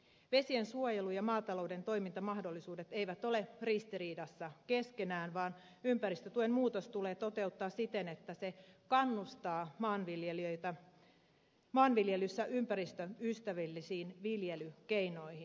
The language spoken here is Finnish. vesiensuojelu ja maatalouden toimintamahdollisuudet eivät ole ristiriidassa keskenään vaan ympäristötuen muutos tulee toteuttaa siten että se kannustaa maanviljelyssä ympäristöystävällisiin viljelykeinoihin